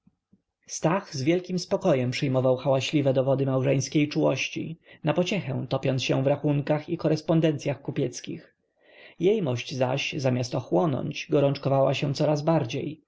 stach z wielkim spokojem przyjmował hałaśliwe dowody małżeńskiej czułości na pociechę topiąc się w rachunkach i korespondencyach kupieckich jejmość zaś zamiast ochłonąć gorączkowała się coraz bardziej